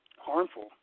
harmful